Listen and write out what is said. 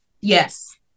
Yes